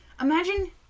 Imagine